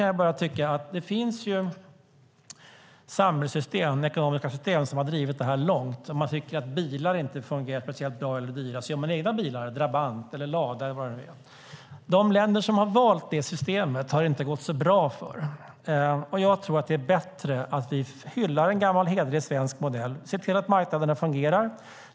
Det finns ju ekonomiska system som har drivit det här långt. När man har tyckt att bilar inte fungerat särskilt bra eller varit dyra har man gjort egna bilar - Trabant, Lada och vad de nu heter. De länder som har valt det systemet har det inte gått så bra för. Jag tror att det är bättre att vi hyllar en gammal hederlig svensk modell och ser till att marknaderna fungerar.